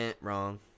wrong